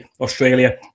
australia